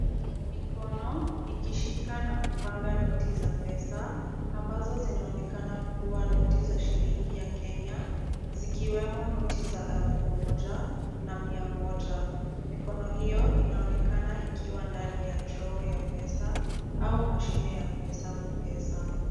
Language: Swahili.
Mikono ikishika na kupanga noti za pesa ambazo zinaonekana kuwa noti za shilingi ya kenya, zikiwemo noti za elfu moja na mia moja. Mikono hiyo inaonekana ikiwa ndani ya draw ya pesa au mashine ya kuhesabu pesa.